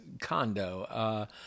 condo